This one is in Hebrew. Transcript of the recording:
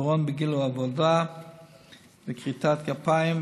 עיוורון בגיל העבודה וכריתת גפיים,